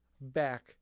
back